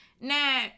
Now